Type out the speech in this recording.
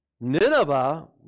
Nineveh